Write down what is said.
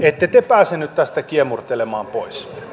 ette te pääse nyt tästä kiemurtelemaan pois